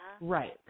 Right